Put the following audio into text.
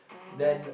oh